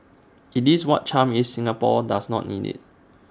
IT is what charm is Singapore does not need IT